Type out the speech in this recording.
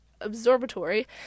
Observatory